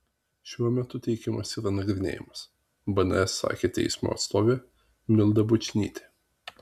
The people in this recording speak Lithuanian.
šiuo metu teikimas yra nagrinėjamas bns sakė teismo atstovė milda bučnytė